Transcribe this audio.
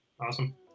Awesome